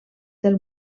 del